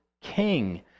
king